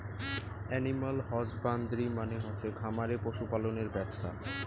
animal husbandry মানে হসে খামারে পশু পালনের ব্যপছা